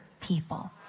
people